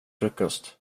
frukost